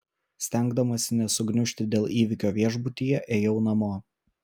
stengdamasi nesugniužti dėl įvykio viešbutyje ėjau namo